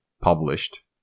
published